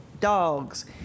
dogs